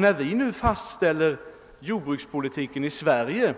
När vi nu fastställer jordbrukspolitiken i Sverige